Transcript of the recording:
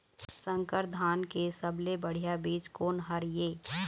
संकर धान के सबले बढ़िया बीज कोन हर ये?